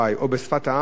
או בשפת העם: